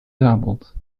doubles